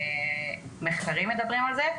גם מחקרים מדברים על זה,